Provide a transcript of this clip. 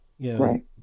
Right